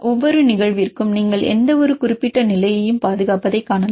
ஒவ்வொரு நிகழ்விற்கும் நீங்கள் எந்தவொரு குறிப்பிட்ட நிலையையும் பாதுகாப்பதைக் காணலாம்